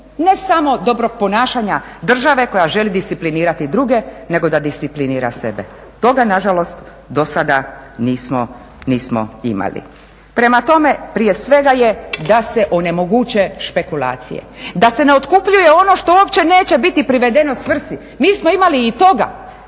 ne samo dobrog ponašanja države koja želi disciplinirati druge, nego da disciplinira sebe. Toga nažalost do sada nismo imali. Prema tome, prije svega je da se onemoguće špekulacije, da se ne otkupljuje ono što uopće neće biti privedeno svrsi. Mi smo imali i toga